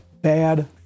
bad